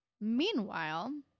meanwhile